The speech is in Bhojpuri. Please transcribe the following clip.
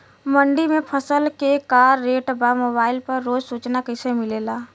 मंडी में फसल के का रेट बा मोबाइल पर रोज सूचना कैसे मिलेला?